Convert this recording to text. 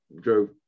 drove